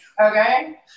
okay